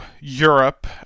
Europe